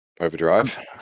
Overdrive